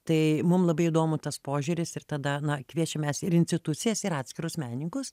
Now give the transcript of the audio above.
tai mum labai įdomu tas požiūris ir tada na kviečiam mes ir institucijas ir atskirus meninkus